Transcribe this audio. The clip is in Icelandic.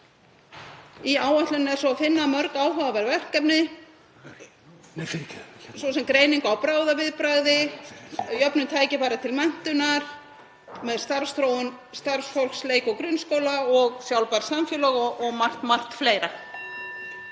Í áætluninni er svo að finna mörg áhugaverð verkefni, svo sem greiningu á bráðaviðbragði, jöfnun tækifæra til menntunar, starfsþróun starfsfólks leik- og grunnskóla og sjálfbær samfélög og margt fleira.